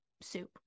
soup